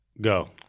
Go